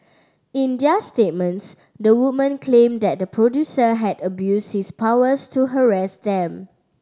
in their statements the women claim that the producer had abused his powers to harass them